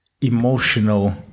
emotional